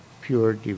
pure